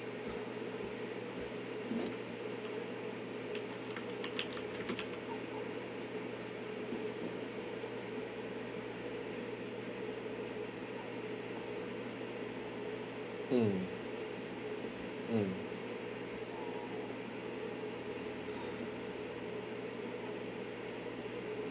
mm mm